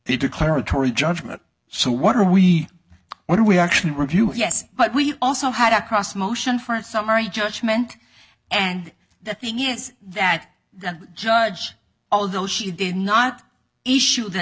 the declaratory judgment so what are we what do we actually review yes but we also had a cross motion for summary judgment and the thing is that the judge although she did not issue th